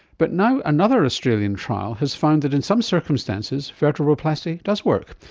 but now another australian trial has found that in some circumstances vertebroplasty does work.